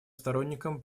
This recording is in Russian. сторонником